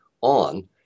on